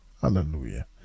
hallelujah